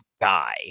Guy